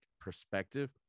perspective